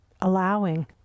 Allowing